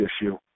issue